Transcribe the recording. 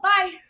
Bye